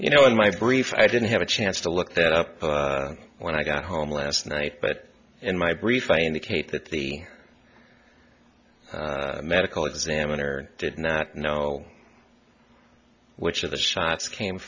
you know in my brief i didn't have a chance to look that up when i got home last night but in my brief i indicate that the medical examiner did not know which of the shots came